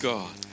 God